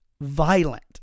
violent